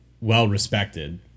well-respected